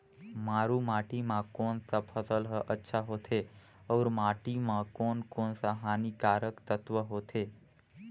मारू माटी मां कोन सा फसल ह अच्छा होथे अउर माटी म कोन कोन स हानिकारक तत्व होथे?